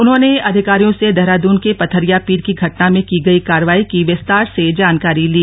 उन्होंने अधिकारियों से देहरादून के पथरिया पीर की घटना में की गई कार्रवाई की विस्तार से जानकारी ली